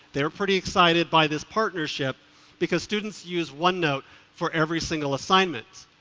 they're pretty excited by this partnership because students use one note for every single assignment.